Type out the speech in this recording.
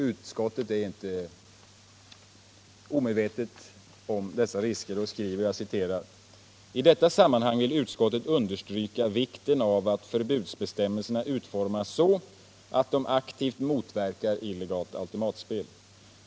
Utskottet är inte omedvetet om detta utan skriver: ”I detta sammanhang vill utskottet understryka vikten av att förbudsbestämmelserna utformas så, att de aktivt motverkar illegalt automatspel.